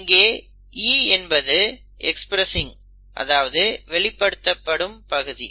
இங்கே E என்பது expressing அதாவது வெளிப்படுத்தும் பகுதி